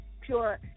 pure